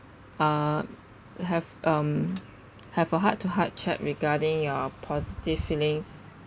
uh have um have a heart to heart chat regarding your positive feelings